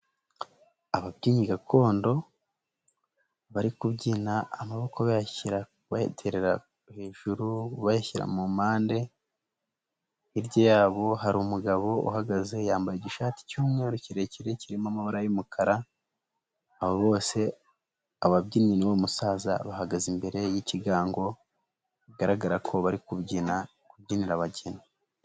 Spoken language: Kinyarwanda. ababyinnyi gakondo bari kubyina amaboko bayashyira bayiterera hejuru bayashyira mu mpande ,hirya yabo harirumu umugabo uhagaze yambaye igishati cy'umweru kirekire kirimo amabara y'umukara, abo bose ababyinnyi n'uwo musaza bahagaze imbere y'kigango bigaragara ko bari kubyina kubyinira abageni.